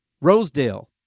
Rosedale